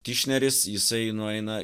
tišneris jisai nueina